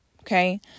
Okay